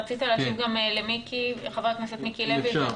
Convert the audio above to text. רצית להשיב גם לחבר הכנסת מיקי לוי.